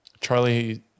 Charlie